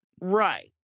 Right